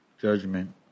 judgment